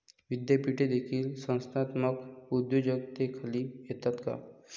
विद्यापीठे देखील संस्थात्मक उद्योजकतेखाली येतात का?